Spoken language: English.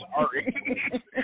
Sorry